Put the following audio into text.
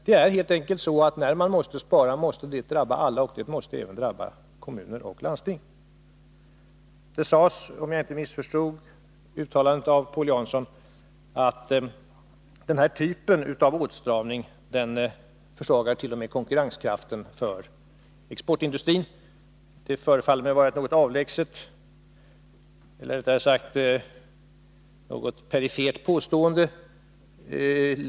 Det är helt enkelt så att när man måste spara, så måste detta drabba alla, även kommuner och landsting. Paul Jansson sade — om jag inte missförstod honom — att den här typen av åtstramning försvagar konkurrenskraften t.o.m. för exportindustrin. Det förefaller mig vara en något perifer synpunkt.